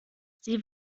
sie